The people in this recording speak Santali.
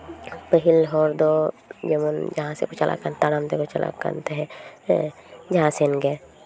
ᱯᱟᱹᱦᱤᱞ ᱦᱚᱲ ᱫᱚ ᱡᱮᱢᱚᱱ ᱡᱟᱦᱟᱸ ᱥᱮᱜ ᱠᱚ ᱪᱟᱞᱟᱜᱼᱟ ᱠᱷᱟᱱ ᱛᱟᱲᱟᱢ ᱛᱮᱠᱚ ᱪᱟᱞᱟᱜ ᱠᱟᱱ ᱛᱟᱦᱮᱸᱜ ᱦᱮᱸ ᱡᱟᱦᱟᱸ ᱥᱮᱱ ᱜᱮ